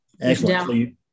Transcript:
Excellent